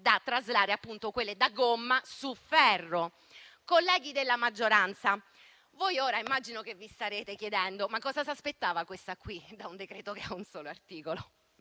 per traslare i trasporti dalla gomma al ferro. Colleghi della maggioranza, ora immagino che vi starete chiedendo: cosa si aspettava questa qui da un decreto che ha un solo articolo?